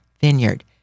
vineyard